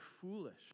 foolish